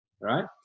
right